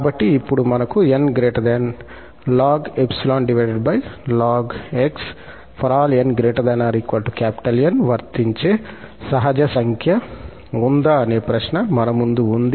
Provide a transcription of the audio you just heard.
కాబట్టి ఇప్పుడు మనకు 𝑛 ln𝜖 ln𝑥 ∀ 𝑛≥𝑁 వర్తించే సహజ సంఖ్య ఉందా అనే ప్రశ్న మన ముందు ఉంది